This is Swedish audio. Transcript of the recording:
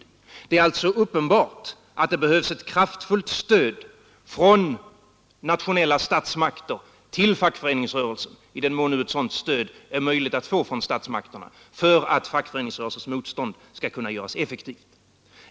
Uppenbart är alltså att det behövs ett kraftfullt stöd från nationella statsmakter till fackföreningsrörelsen, i den mån ett sådant stöd nu är möjligt att få från statsmakterna, för att fackföreningsrörelsens motstånd skall kunna göras effektivt.